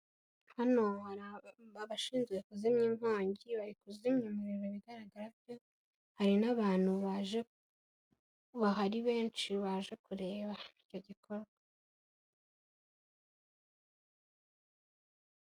Hano hari abashinzwe kuzimya inkongi, bari kuzimya umuriro mu bigaragara kuko hari n'abantu bahari benshi baje kureba icyo gikorwa.